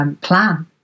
plan